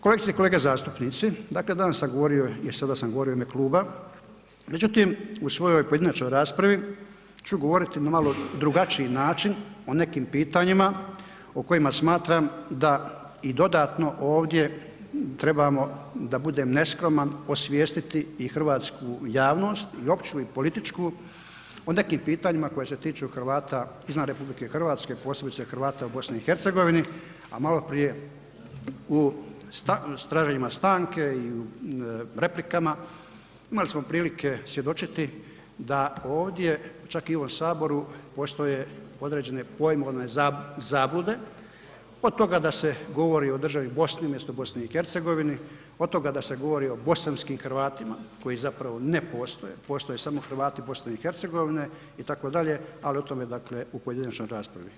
Kolegice i kolege zastupnici, dakle danas sam govorio i do sada sam govorio u ime kluba, međutim u svojoj pojedinačnoj raspravi ću govoriti na malo drugačiji način, o nekim pitanjima o kojima smatram da i dodatno ovdje trebamo da budem neskroman, osvijestiti i hrvatsku javnost opću i političku o nekim pitanjima koja se tiču Hrvata izvan RH, posebice Hrvata u BiH-u a maloprije u traženjima stanke i replikama, imali smo prilike svjedočiti da ovdje, čak i u ovom Saboru postoje određene pojmovne zablude, do toga da se govori o državi Bosni umjesto BiH, od toga da se govori o bosanskim Hrvatima koji zapravo ne postoje, postoje samo Hrvati BiH-a itd., ali o tome dakle u pojedinačnoj raspravi.